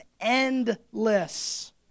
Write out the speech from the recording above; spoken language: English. endless